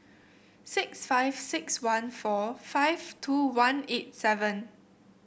six five six one four five two one eight seven